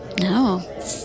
No